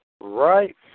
right